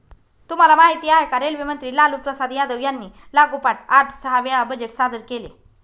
तुम्हाला माहिती आहे का? रेल्वे मंत्री लालूप्रसाद यादव यांनी लागोपाठ आठ सहा वेळा बजेट सादर केले